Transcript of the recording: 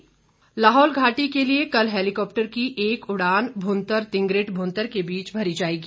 उड़ान लाहौल घाटी के लिए कल हैलीकॉप्टर की एक उड़ान भुंतर तिंगरिट भुंतर के बीच भरी जाएगी